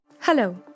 Hello